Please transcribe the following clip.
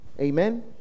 Amen